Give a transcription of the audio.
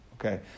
Okay